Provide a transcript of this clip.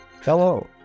Hello